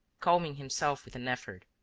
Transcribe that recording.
calming himself with an effort.